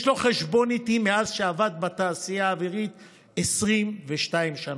יש לו חשבון איתי מאז שעבד בתעשייה האווירית 22 שנה.